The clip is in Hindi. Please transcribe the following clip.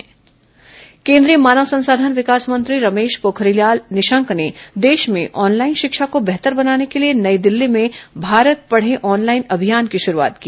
भारत पढ़े ऑनलाइन अभियान केंद्रीय मानव संसाधन विकास मंत्री रमेश पोखरियाल निशंक ने देश में ऑनलाइन शिक्षा को बेहतर बनाने के लिए नई दिल्ली में भारत पढ़े ऑनलाइन अभियान की शुरूआत की